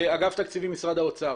אגף התקציבים, משרד האוצר.